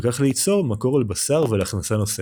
ובכך ליצור מקור לבשר ולהכנסה נוספת.